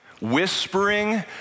whispering